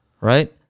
right